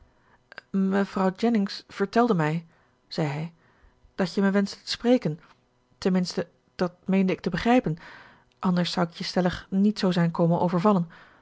mevrouw jennings vertelde mij zei hij dat je mij wenschte te spreken tenminste dat meende ik te begrijpen anders zou ik je stellig niet zoo zijn komen overvallen